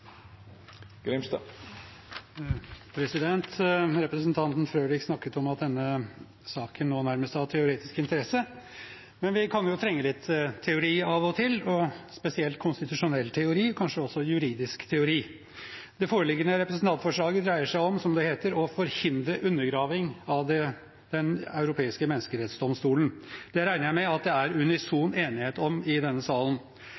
Representanten Frølich snakket om at denne saken nå nærmest har teoretisk interesse, men vi kan jo trenge litt teori av og til, spesielt konstitusjonell teori og kanskje også juridisk teori. Det foreliggende representantforslaget dreier seg om, som det heter, «å forhindre undergraving av Den europeiske menneskerettsdomstolen». Det regner jeg med at det er unison enighet om i denne salen.